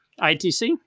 ITC